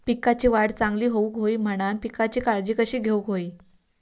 पिकाची वाढ चांगली होऊक होई म्हणान पिकाची काळजी कशी घेऊक होई?